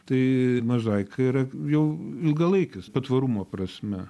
tai mozaika yra jau ilgalaikis patvarumo prasme